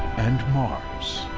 and mars.